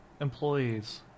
employees